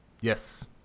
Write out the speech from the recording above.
Yes